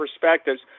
perspectives